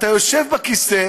אתה יושב בכיסא,